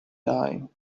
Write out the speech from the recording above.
die